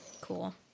Cool